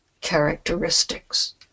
characteristics